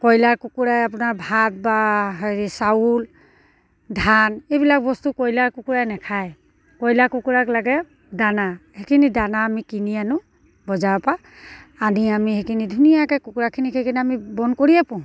কয়লাৰ কুকুৰাই আপোনাৰ ভাত বা হেৰি চাউল ধান এইবিলাক বস্তু কয়লাৰ কুকুৰাই নেখায় কয়লাৰ কুকুৰাক লাগে দানা সেইখিনি দানা আমি কিনি আনোঁ বজাৰৰপৰা আনি আমি সেইখিনি ধুনীয়াকৈ কুকুৰাখিনিক সেইখিনি আমি বন্ধ কৰিয়ে পোহোঁ